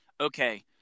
okay